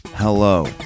Hello